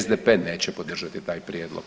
SDP neće podržati taj prijedlog.